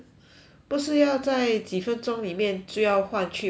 不是要在几分钟里面就要换去华语吗